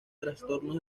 trastornos